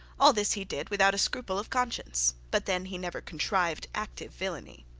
all this he did without a scruple of conscience but then he never contrived active villainy.